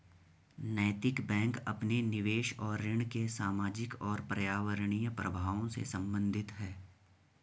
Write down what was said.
नैतिक बैंक अपने निवेश और ऋण के सामाजिक और पर्यावरणीय प्रभावों से संबंधित है